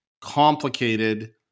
complicated